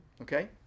Okay